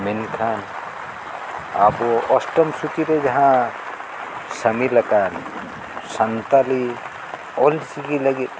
ᱢᱮᱱᱠᱷᱟᱱ ᱟᱵᱚ ᱚᱥᱴᱚᱢ ᱥᱩᱪᱤᱨᱮ ᱡᱟᱦᱟᱸ ᱥᱟᱢᱤᱞ ᱟᱠᱟᱱ ᱥᱟᱱᱛᱟᱲᱤ ᱚᱞᱪᱤᱠᱤ ᱞᱟᱹᱜᱤᱫ